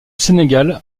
sénégal